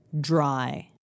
Dry